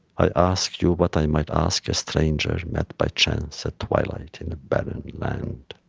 i ask you what i might ask a stranger met by chance at twilight in a barren land.